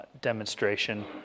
demonstration